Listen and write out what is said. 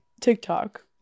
tiktok